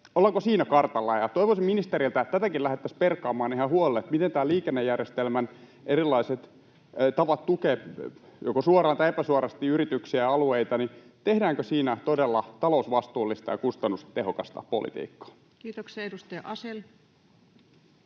kartalla. Toivoisin ministeriltä, että tätäkin lähdettäisiin perkaamaan ihan huolella, miten liikennejärjestelmän erilaiset tavat tukea joko suoraan tai epäsuorasti yrityksiä ja alueita... Tehdäänkö siinä todella talousvastuullista ja kustannustehokasta politiikkaa? [Speech